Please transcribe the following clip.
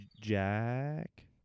Jack